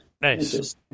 Nice